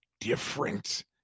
different